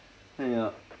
ya